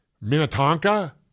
Minnetonka